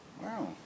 Wow